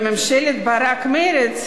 בממשלת ברק-מרצ,